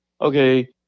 Okay